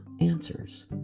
answers